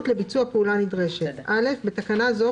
לביצוע פעולה נדרשת 23. בתקנה זו,